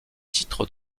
titre